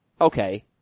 Okay